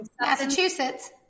Massachusetts